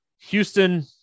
Houston